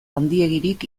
handiegirik